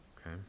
Okay